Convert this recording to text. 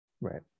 Right